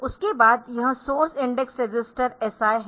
उसके बाद यह सोर्स इंडेक्स रजिस्टर SI है